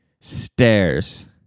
stairs